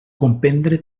comprendre